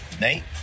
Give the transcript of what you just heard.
Nate